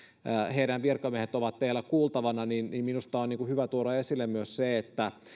heidän virkamiehensä ovat teillä kuultavana niin niin minusta on hyvä tuoda esille myös se että